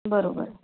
बरोबर